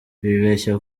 bibeshya